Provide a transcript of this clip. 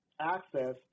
access